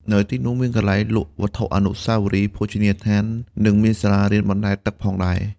នៅទីនោះមានកន្លែងលក់វត្ថុអនុស្សាវរីយ៍ ភោជនីយដ្ឋាន និងមានសាលារៀនបណ្តែតទឹកផងដែរ។